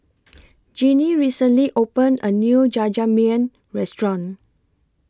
Jeanine recently opened A New Jajangmyeon Restaurant